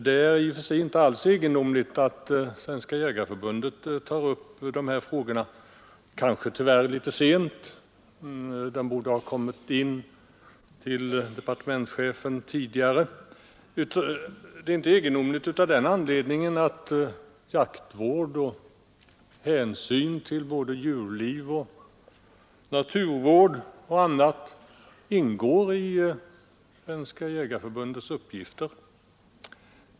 Det är i och för sig inte alls egendomligt att Svenska jägareförbundet tar upp de här frågorna — tyvärr kanske litet sent; skrivelsen borde ha kommit in till departementschefen tidigare — av den anledningen att viltvård och hänsyn till djurliv, naturvård och liknande ingår i Svenska jägareförbundets uppgifter.